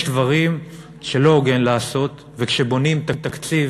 יש דברים שלא הוגן לעשות, וכשבונים תקציב,